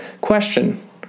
question